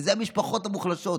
ואלה המשפחות המוחלשות,